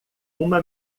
uma